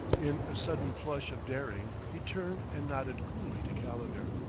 in a sudden flush of daring he turned and nodded coolly to calendar.